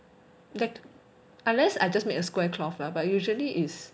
then unless I just make a square cloth lah but usually is